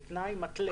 היא תנאי מתלה.